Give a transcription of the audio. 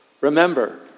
Remember